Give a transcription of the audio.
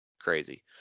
crazy